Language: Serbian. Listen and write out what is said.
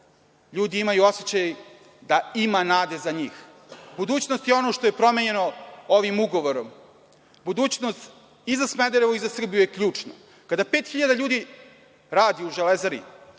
ljudi imaju osećaj da ima nade za njih. Budućnost je ono što je promenjeno ovim ugovorom. Budućnost i za Smederevo i za Srbiju je ključni. Kada 5.000 ljudi radi u „Železari“,